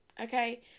Okay